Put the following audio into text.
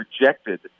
rejected